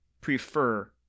prefer